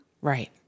Right